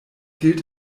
gilt